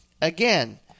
Again